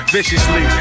Viciously